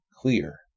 clear